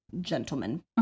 gentlemen